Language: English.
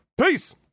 Peace